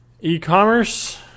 E-commerce